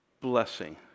blessing